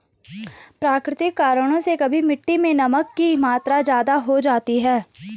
प्राकृतिक कारणों से कभी मिट्टी मैं नमक की मात्रा ज्यादा हो जाती है